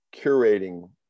curating